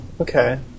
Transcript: okay